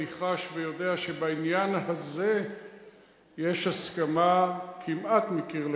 אני חש ויודע שבעניין הזה יש הסכמה כמעט מקיר לקיר.